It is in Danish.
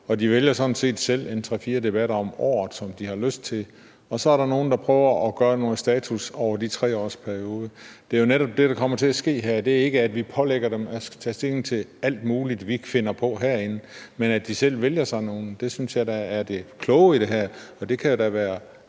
sådan set selv tre-fire debatter om året, som de har lyst til at deltage i, og så er der nogle, der prøver at gøre status over det efter en 3-årsperiode? Det er jo netop det, der kommer til at ske, og det er ikke, at vi pålægger dem at tage stilling til alt muligt, vi finder på herinde, men at de selv vælger det. Det synes jeg da er det kloge i det her, og det kan da være